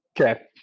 okay